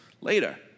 later